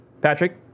Patrick